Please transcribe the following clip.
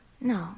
No